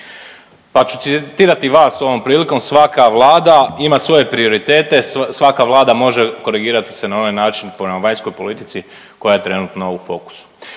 pa ću citirati vas ovom prilikom, svaka vlada ima svoje prioritete, svaka vlada može korigirati se na onaj način prema vanjskoj politici koja je trenutno u fokusu.